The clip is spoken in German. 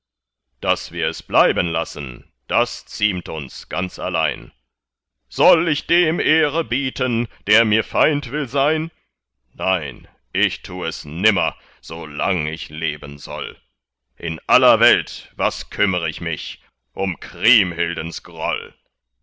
daß wir es bleiben lassen das ziemt uns ganz allein soll ich dem ehre bieten der mir feind will sein nein ich tu es nimmer solang ich leben soll in aller welt was kümmr ich mich um kriemhildens groll